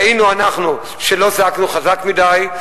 טעינו אנחנו שלא זעקנו חזק מדי,